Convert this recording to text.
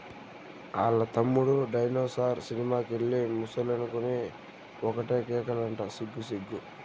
ఆల్ల తమ్ముడు dinosaur cinema కెళ్ళి ముసలనుకొని ఒకటే కేకలంట సిగ్గు సిగ్గు